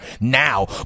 now